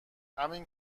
همین